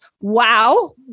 Wow